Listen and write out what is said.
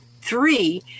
Three